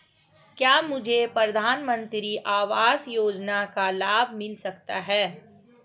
क्या मुझे प्रधानमंत्री आवास योजना का लाभ मिल सकता है?